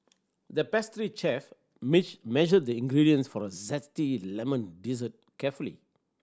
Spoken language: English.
the pastry chef measured the ingredients for a zesty lemon dessert carefully